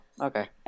okay